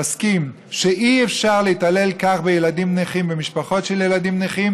תסכים שאי-אפשר להתעלל כך בילדים נכים ומשפחות של ילדים נכים,